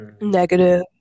negative